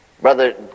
Brother